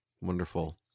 Wonderful